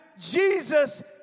Jesus